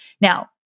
Now